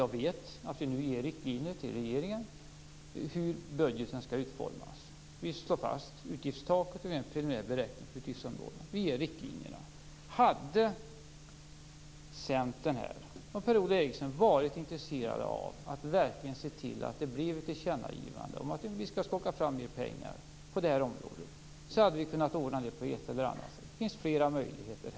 Jag vet att riksdagen nu ger riktlinjer till regeringen om hur budgeten skall utformas. Riksdagen slår fast utgiftstaket och gör en preliminär beräkning av utgiftsområdena. Riksdagen ger riktlinjerna. Hade Centern och Per-Ola Eriksson varit intresserade av att verkligen se till att det blev ett tillkännagivande om att mer pengar skall skakas fram på detta område hade det kunnat ordnas på ett eller annat sätt. Det finns flera möjligheter.